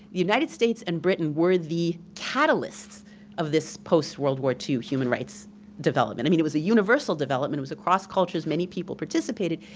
united states and britain were the catalysts of this post world war two human rights development. i mean, it was a universal development, it was across cultures, many people participated,